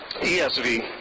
ESV